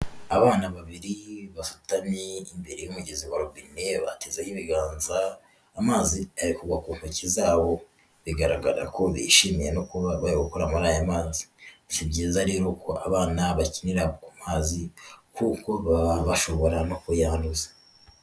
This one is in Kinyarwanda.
Abana babiri basutamye imbere y'umugezi wa robine batezeho ibiganza amazi arikugwa ku ntoki zabo, bigaragara ko bishimiye no kuba bakora muri ayo mazi, si byiza rero ko abana bakinira ku mazi kuko baba bashobora no kuyanduza.